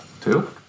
Two